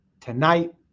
tonight